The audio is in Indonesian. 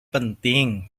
penting